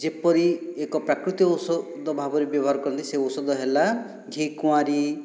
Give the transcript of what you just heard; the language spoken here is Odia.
ଯେପରି ଏକ ପ୍ରାକୃତିକ ଔଷଧ ଭାବରେ ବ୍ୟବହାର କରନ୍ତି ସେ ଔଷଧ ହେଲା ଘିକୁଆଁରୀ